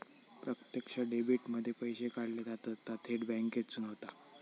प्रत्यक्ष डेबीट मध्ये पैशे काढले जातत ता थेट बॅन्केसून होता